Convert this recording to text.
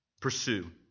pursue